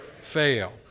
fail